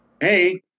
Hey